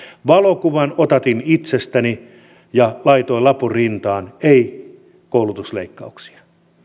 valokuvan otatin itsestäni ja laitoin lapun rintaan ei koulutusleikkauksia